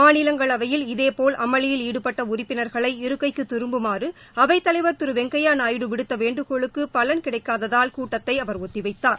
மாநிலங்களவையில் இதே போல் அமளியில் ஈடுபட்ட உறுப்பினர்களை இருக்கைக்கு திரும்புமாறு அவைத் தலைவர் திரு வெங்கைய நாயுடு விடுத்த வேண்டுகோளுக்கு பலன் ஏற்படாததால் கூட்டத்தை அவர் ஒத்திவைத்தார்